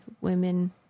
women